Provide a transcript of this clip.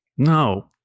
No